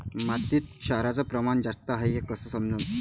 मातीत क्षाराचं प्रमान जास्त हाये हे कस समजन?